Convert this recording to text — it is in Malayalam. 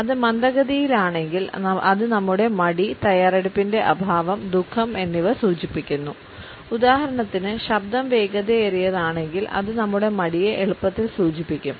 അത് മന്ദഗതിയിലാണെങ്കിൽ അത് നമ്മുടെ മടി തയ്യാറെടുപ്പിന്റെ അഭാവം ദുഃഖം എന്നിവ സൂചിപ്പിക്കുന്നു ഉദാഹരണത്തിന് ശബ്ദം വേഗതയേറിയതാണെങ്കിൽ അത് നമ്മുടെ മടിയെ എളുപ്പത്തിൽ സൂചിപ്പിക്കും